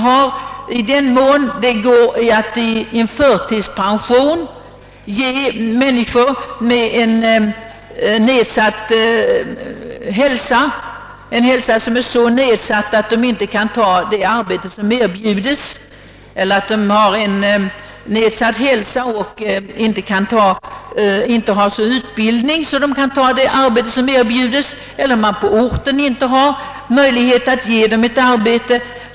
Man kan ge förtidspension till de människor som har så nedsatt hälsa att de inte kan ta ar bete eller som har nedsatt hälsa och inte har sådan utbildning att de kan ta det arbete som erbjuds eller till de människor som inte har möjlighet att på sin bostadsort få arbete.